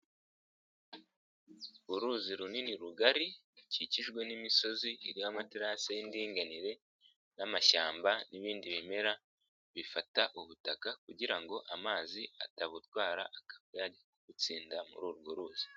Uruzi runini rugari rukikijwe n'imisozi iriho amaterasi y'indinganire n'amashyamba n'ibindi bimera bifata ubutaka kugira ngo amazi atabutwara akaba yajya kubutsinda muri urwo ruzi.